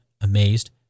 amazed